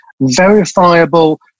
verifiable